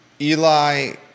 Eli